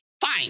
fine